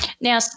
now